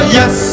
yes